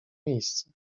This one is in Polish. miejsce